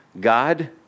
God